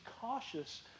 cautious